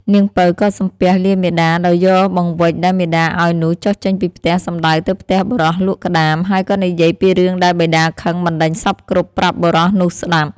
នាងពៅក៏សំពះលាមាតាដោយយកបង្វេចដែលមាតាឲ្យនោះចុះចេញពីផ្ទះសំដៅទៅផ្ទះបុរសលក់ក្ដាម ហើយក៏និយាយពីរឿងដែលបិតាខឹងបណ្ដេញសព្វគ្រប់ប្រាប់បុរសនោះស្តាប់។